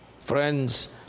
friends